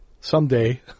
Someday